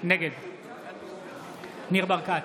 נגד ניר ברקת,